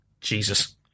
Jesus